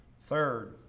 Third